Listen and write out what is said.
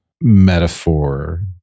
metaphor